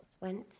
went